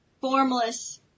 formless